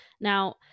Now